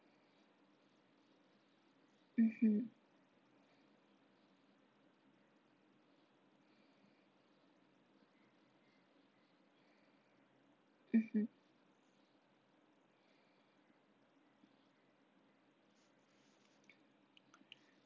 mmhmm mmhmm